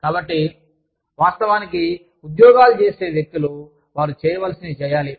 కాబట్టి వాస్తవానికి ఉద్యోగాలు చేసే వ్యక్తులు వారుచేయవలసినవి చేయాలి